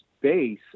base